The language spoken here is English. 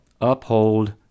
uphold